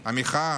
המחאה.